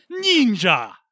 ninja